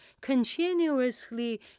continuously